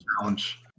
challenge